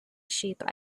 sheep